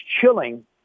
chilling